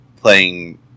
playing